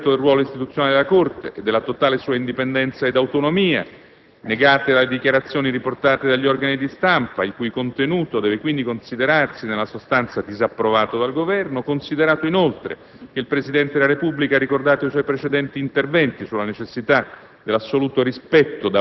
la necessità del rispetto del ruolo istituzionale della Corte e della totale sua indipendenza ed autonomia, negate dalle dichiarazioni riportate dagli organi di stampa, il cui contenuto deve quindi considerarsi nella sostanza disapprovato dal Governo; considerato inoltre che il Presidente della Repubblica ha ricordato i suoi precedenti interventi sulla necessità